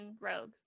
rogue